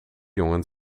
jongen